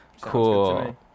Cool